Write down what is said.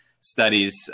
studies